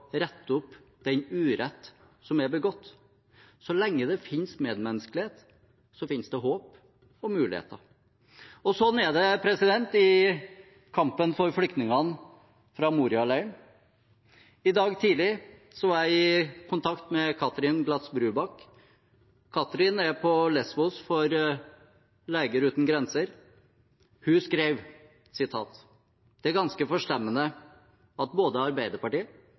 opp den urett som er begått. Så lenge det fins medmenneskelighet, fins det håp og muligheter. Sånn er det i kampen for flyktningene fra Moria-leiren. I dag tidlig var jeg i kontakt med Katrin Gladz Brubakk. Katrin er på Lésvos for Leger Uten Grenser. Hun skrev: Det er ganske forstemmende at både Arbeiderpartiet,